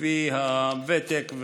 לפי הוותק,